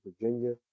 Virginia